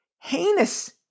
heinous